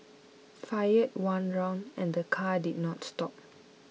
fired one round and the car did not stop